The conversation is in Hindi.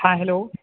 हाँ हेलो